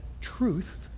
truth